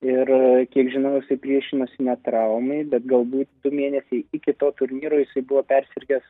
ir kiek žinau jisai priešinosi ne traumai bet galbūt du mėnesiai iki to turnyro jisai buvo persirgęs